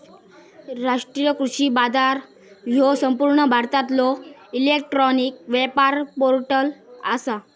राष्ट्रीय कृषी बाजार ह्यो संपूर्ण भारतातलो इलेक्ट्रॉनिक व्यापार पोर्टल आसा